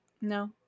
No